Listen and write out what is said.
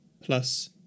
plus